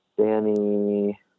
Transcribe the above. Danny